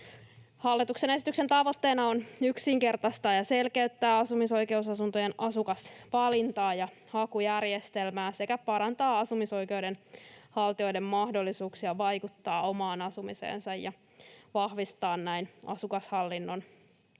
Hallituksen esityksen tavoitteena on yksinkertaistaa ja selkeyttää asumisoikeusasuntojen asukasvalintaa ja hakujärjestelmää sekä parantaa asumisoikeuden haltijoiden mahdollisuuksia vaikuttaa omaan asumiseensa ja vahvistaa näin asukashallinnon asemaa.